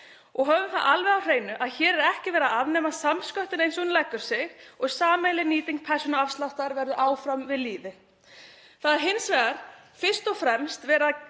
Og höfum það alveg á hreinu að hér er ekki verið að afnema samsköttun eins og hún leggur sig og sameiginleg nýting persónuafsláttar verður áfram við lýði. Það sem er hins vegar fyrst og fremst verið að